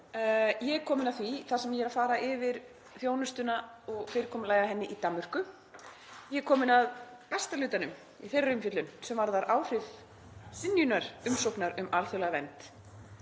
er ég komin að því þar sem ég er að fara yfir þjónustuna og fyrirkomulagið á henni í Danmörku. Ég er komin að besta hlutanum í þeirri umfjöllun sem varðar áhrif synjunar umsóknar um alþjóðlega vernd,